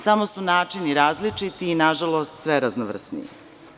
Samo su načini različiti i nažalost sve raznovrsniji.